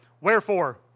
Wherefore